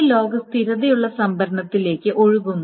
ഈ ലോഗ് സ്ഥിരതയുള്ള സംഭരണത്തിലേക്ക് ഒഴുകുന്നു